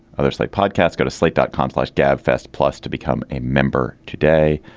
others like podcasts go to sleep out complex gab fest plus to become a member today.